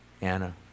Anna